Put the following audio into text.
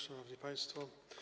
Szanowni Państwo!